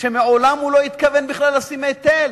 כשמעולם הוא לא התכוון בכלל לשים היטל.